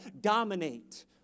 dominate